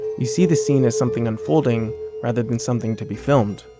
you see the scene as something unfolding rather than something to be filmed.